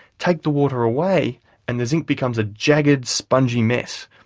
take the water away and the zinc becomes a jagged, spongy mess,